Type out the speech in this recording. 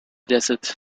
desert